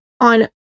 on